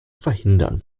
verhindern